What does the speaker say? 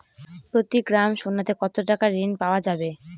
প্রতি গ্রাম সোনাতে কত টাকা ঋণ পাওয়া যাবে?